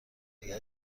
بگیرید